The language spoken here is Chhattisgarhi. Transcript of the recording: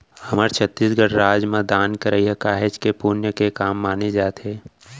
हमर छत्तीसगढ़ राज म दान करई ह काहेच पुन्य के काम माने जाथे